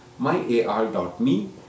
myar.me